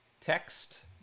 text